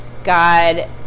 God